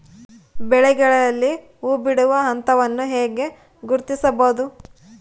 ಬೆಳೆಗಳಲ್ಲಿ ಹೂಬಿಡುವ ಹಂತವನ್ನು ಹೆಂಗ ಗುರ್ತಿಸಬೊದು?